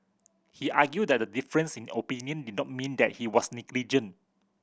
he argued that a difference in opinion did not mean that he was negligent